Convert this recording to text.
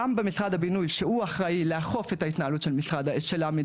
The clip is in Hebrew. גם במשרד הבינוי שהוא אחראי לאכוף את ההתנהלות של עמידר,